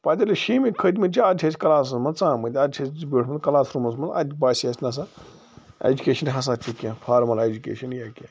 پَتہٕ ییٚلہِ أسۍ شیمہِ کھٔتمِتۍ چھِ اَدٕ چھِ أسۍ کلاسَس منٛز ژامٕتۍ ادٕ چھِ أسۍ بیٛوٹھمت کلاس روٗمَس منٛز اَتہِ باسیٛٲی اسہِ نَہ سا ایٚجوکیش ہسا چھِ کیٚنٛہہ فارمَل ایٚجوکیشَن یا کیٚنٛہہ